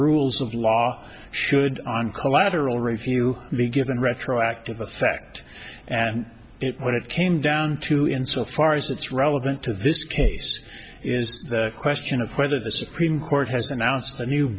rules of law should on collateral review be given retroactive effect and what it came down to in so far as that's relevant to this case is a question of whether the supreme court has announced a new